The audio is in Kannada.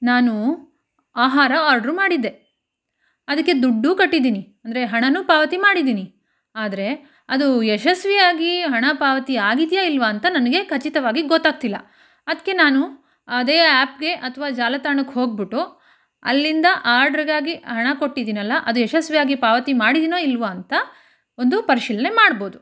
ನಾನು ಆಹಾರ ಆರ್ಡ್ರ್ ಮಾಡಿದ್ದೆ ಅದಕ್ಕೆ ದುಡ್ಡೂ ಕಟ್ಟಿದ್ದೀನಿ ಅಂದರೆ ಹಣನೂ ಪಾವತಿ ಮಾಡಿದ್ದೀನಿ ಆದರೆ ಅದು ಯಶಸ್ವಿಯಾಗಿ ಹಣ ಪಾವತಿ ಆಗಿದೆಯಾ ಇಲ್ಲವಾ ಅಂತ ನನಗೆ ಖಚಿತವಾಗಿ ಗೊತ್ತಾಗ್ತಿಲ್ಲ ಅದಕ್ಕೆ ನಾನು ಅದೇ ಆ್ಯಪ್ಗೆ ಅಥ್ವಾ ಜಾಲತಾಣಕ್ಕೆ ಹೋಗಿಬಿಟ್ಟು ಅಲ್ಲಿಂದ ಆರ್ಡ್ರ್ಗಾಗಿ ಹಣಕೊಟ್ಟಿದ್ದೀನಲ್ಲ ಅದು ಯಶಸ್ವಿಯಾಗಿ ಪಾವತಿ ಮಾಡಿದ್ದೀನೋ ಇಲ್ಲವಾ ಅಂತ ಒಂದು ಪರಿಶೀಲನೆ ಮಾಡ್ಬೋದು